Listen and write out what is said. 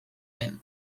den